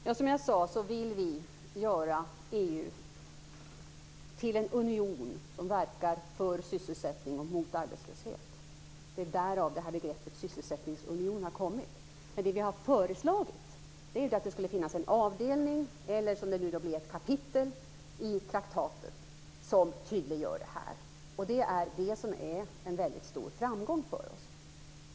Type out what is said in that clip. Fru talman! Som jag sade vill vi göra EU till en union som verkar för sysselsättning och mot arbetslöshet. Därav begreppet sysselsättningsunionen. Det vi har föreslagit är att det skulle finnas en avdelning eller som nu blev ett kapitel i traktatet som tydliggör detta. Det är en väldigt stor framgång för oss.